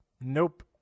nope